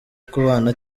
kubana